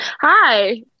Hi